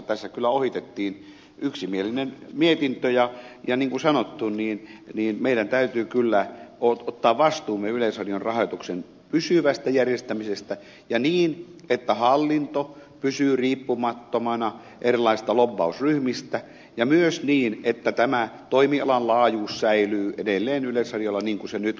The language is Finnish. tässä kyllä ohitettiin yksimielinen mietintö ja niin kuin sanottu meidän täytyy kyllä ottaa vastuumme yleisradion rahoituksen pysyvästä järjestämisestä ja niin että hallinto pysyy riippumattomana erilaisista lobbausryhmistä ja myös niin että tämä toimialan laajuus säilyy edelleen yleisradiolla niin kuin se nyt on